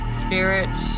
Spirit